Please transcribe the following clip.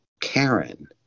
Karen